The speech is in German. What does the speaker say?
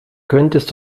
könntest